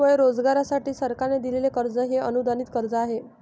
स्वयंरोजगारासाठी सरकारने दिलेले कर्ज हे अनुदानित कर्ज आहे